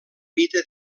mida